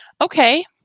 Okay